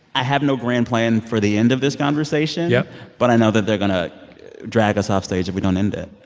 i have no grand plan for the end of this conversation yeah but i know that they're going to drag us off stage if we don't end it.